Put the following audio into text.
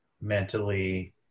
mentally